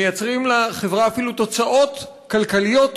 מייצרים לחברה אפילו תוצאות כלכליות טובות.